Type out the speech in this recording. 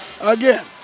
again